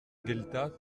gueltas